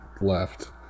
left